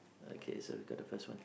okay so we got the first one